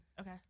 Okay